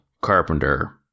Carpenter